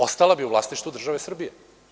Ostala bi u vlasništvu države Srbije.